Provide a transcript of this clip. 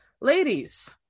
ladies